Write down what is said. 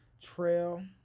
trail